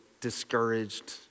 discouraged